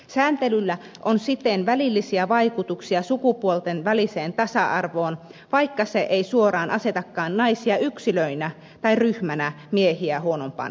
sääntelyllä on siten välillisiä vaikutuksia sukupuolten väliseen tasa arvoon vaikka se ei suoraan asetakaan naisia yksilöinä tai ryhmänä miehiä huonompaan asemaan